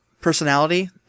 personality